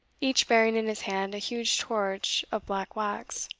each bearing in his hand a huge torch of black wax.